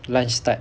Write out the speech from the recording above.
lunch time